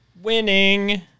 Winning